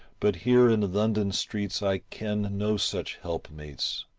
but here in london streets i ken no such helpmates,